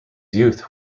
youth